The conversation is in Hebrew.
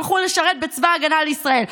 שהלך לשרת בצבא הגנה לישראל,